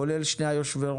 כולל שני יושבי-ראש,